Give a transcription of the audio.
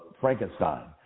frankenstein